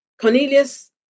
Cornelius